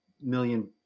million